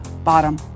Bottom